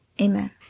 amen